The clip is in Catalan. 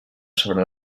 sobre